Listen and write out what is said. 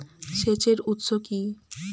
সেচের উৎস কি?